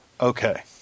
Okay